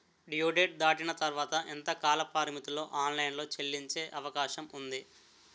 Due date దాటిన తర్వాత ఎంత కాలపరిమితిలో ఆన్ లైన్ లో చెల్లించే అవకాశం వుంది?